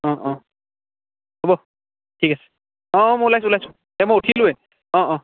অহ অহ হ'ব ঠিক আছে অ' অ' মই ওলাইছোঁ ওলাইছোঁ এই মই উঠিলোঁৱেই অ' অ'